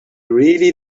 really